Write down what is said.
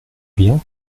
bien